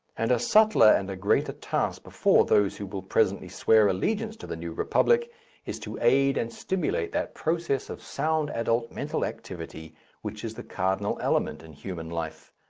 and a subtler and a greater task before those who will presently swear allegiance to the new republic is to aid and stimulate that process of sound adult mental activity which is the cardinal element in human life.